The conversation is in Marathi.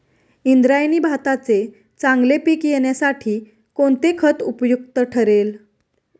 इंद्रायणी भाताचे चांगले पीक येण्यासाठी कोणते खत उपयुक्त ठरेल?